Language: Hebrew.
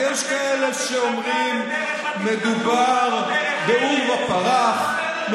יש כאלה שאומרים: מדובר בעורבא פרח,